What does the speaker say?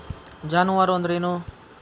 ಜಾನುವಾರು ಅಂದ್ರೇನು?